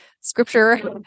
scripture